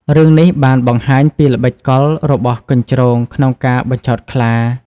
រឿងនេះបានបង្ហាញពីល្បិចកលរបស់កញ្ជ្រោងក្នុងការបញ្ឆោតខ្លា។